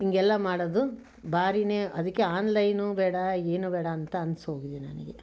ಹೀಗೆಲ್ಲ ಮಾಡೋದು ಭಾರಿಯೇ ಅದಕ್ಕೆ ಆನ್ಲೈನೂ ಬೇಡ ಏನೂ ಬೇಡ ಅಂತ ಅನ್ಸೋಗಿದೆ ನನಗೆ